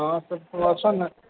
ହଁ ସ କୁ ଆସନ୍ ନା